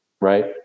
right